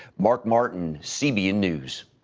mark martin, cbn news.